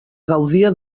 gaudia